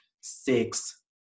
six